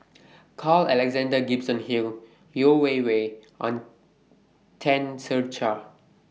Carl Alexander Gibson Hill Yeo Wei Wei and Tan Ser Cher